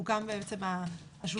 הוקם השולחן העגול.